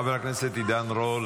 חבר הכנסת עידן רול,